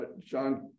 John